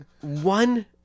one